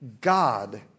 God